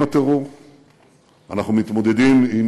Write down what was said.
אנחנו מתמודדים עם הטרור,